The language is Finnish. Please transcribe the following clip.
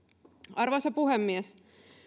arvoisa puhemies